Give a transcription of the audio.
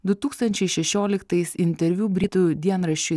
du tūkstančiai šešioliktais interviu britų dienraščiui